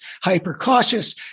hyper-cautious